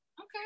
Okay